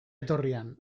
etorrian